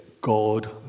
God